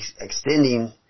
extending